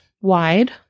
wide